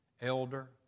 elder